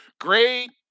Great